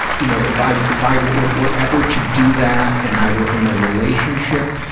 you know, if i if i were were ever to do that and i were in a relationship,